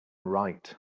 write